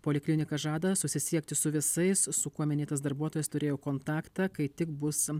poliklinika žada susisiekti su visais su kuo minėtas darbuotojas turėjo kontaktą kai tik bus